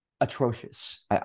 Atrocious